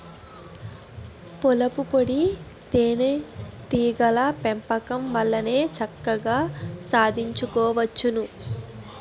పూలపుప్పొడి తేనే టీగల పెంపకం వల్లనే చక్కగా సాధించుకోవచ్చును